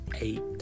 eight